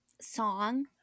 song